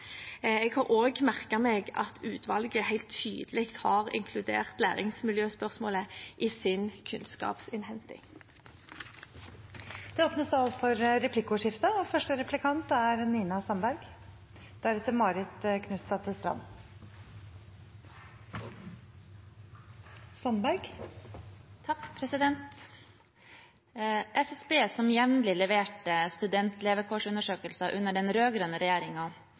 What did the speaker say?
Jeg har også merket meg at utvalget helt tydelig har inkludert læringsmiljøspørsmålet i sin kunnskapsinnhenting. Det blir replikkordskifte. Statistisk sentralbyrå, som jevnlig leverte studentlevekårsundersøkelser under den